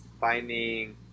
finding